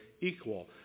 equal